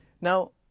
Now